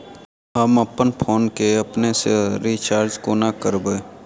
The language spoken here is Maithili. हम अप्पन फोन केँ अपने सँ रिचार्ज कोना करबै?